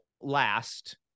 last